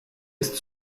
ist